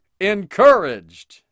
encouraged